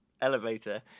elevator